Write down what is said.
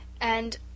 And